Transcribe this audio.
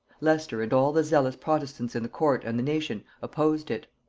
leicester and all the zealous protestants in the court and the nation opposed it.